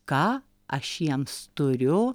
ką aš jiems turiu